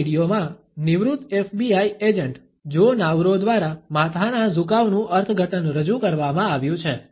આ વીડિયોમાં નિવૃત્ત એફબીઆઈ એજન્ટ જો નાવરો દ્વારા માથાના ઝુકાવનું અર્થઘટન રજૂ કરવામાં આવ્યું છે